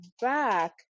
back